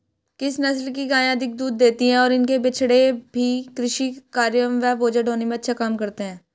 किस नस्ल की गायें अधिक दूध देती हैं और इनके बछड़े भी कृषि कार्यों एवं बोझा ढोने में अच्छा काम करते हैं?